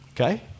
Okay